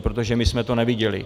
Protože my jsme to neviděli.